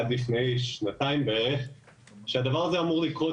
עד לפני שנתיים בערך שהדבר הזה אמור לקרות